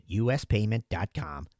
uspayment.com